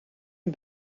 een